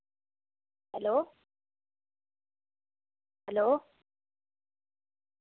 hello hello